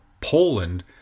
Poland